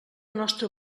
nostra